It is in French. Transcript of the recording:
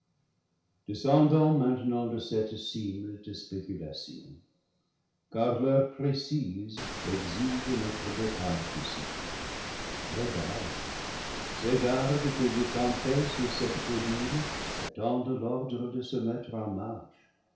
descendons maintenant de cette cime de spéculation car l'heure précise exige notre départ d'ici régarde ces gardes que j'ai campés sur cette colline attendent l'ordre de se mettre en marche